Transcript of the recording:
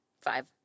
Five